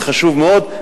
זה חשוב מאוד.